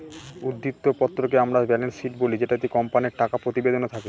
উদ্ধৃত্ত পত্রকে আমরা ব্যালেন্স শীট বলি যেটিতে কোম্পানির টাকা প্রতিবেদন থাকে